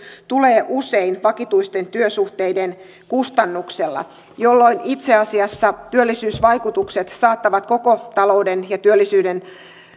tulee usein vakituisten työsuhteiden kustannuksella jolloin itse asiassa työllisyysvaikutukset saattavat koko talouden ja työllisyyden